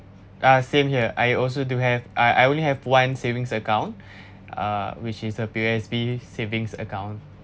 ah same here I also do have I I only have one savings account uh which is a P_O_S_B savings account